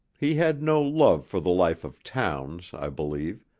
he had no love for the life of towns, i believe,